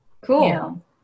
cool